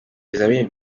ibizamini